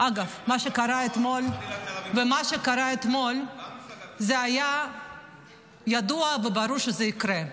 אגב, מה שקרה אתמול, היה ידוע וברור שזה יקרה.